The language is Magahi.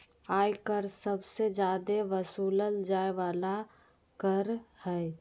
आय कर सबसे जादे वसूलल जाय वाला कर हय